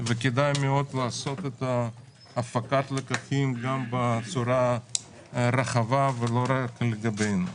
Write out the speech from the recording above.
וכדאי מאוד לעשות את הפקת הלקחים בצורה רחבה ולא רק לגבינו.